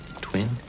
twin